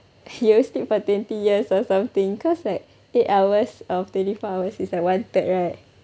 you'll sleep for twenty years or something cause like eight hours of twenty four hours is like one third right